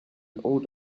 old